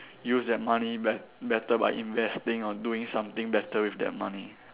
use that money bet~ better by investing or doing something better with that money